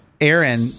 aaron